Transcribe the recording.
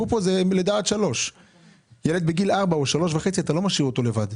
ילד בן ארבע או שלוש וחצי, אתה לא משאיר אותו לבד.